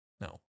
No